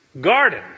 garden